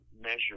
measure